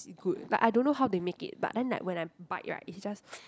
good like I don't know how they make it but then like when I bite right it's just